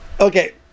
Okay